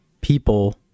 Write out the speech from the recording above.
people